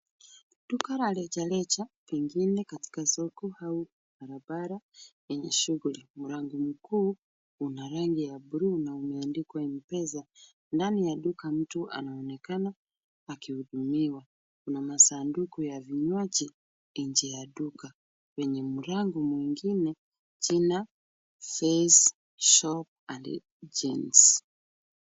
Duka la rejareja pengine katika soko au barabara yenye shughuli. Mlango mkuu una rangi ya bluu na umeandikwa M-pesa. Ndani ya duka mtu anaonekana akihudumiwa. Kuna masanduku ya vinywaji nje ya duka. Kwenye mlango mwingine jina Fays shop and GRS.